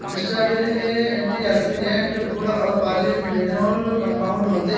strawberry में antioxidant गुण और पॉलीफेनोल कंपाउंड होते हैं